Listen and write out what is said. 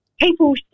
people